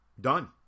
done